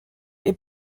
est